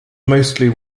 mostly